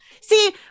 See